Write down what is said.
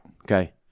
Okay